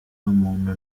muntu